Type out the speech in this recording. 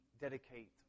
dedicate